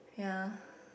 ya